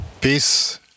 Peace